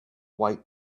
white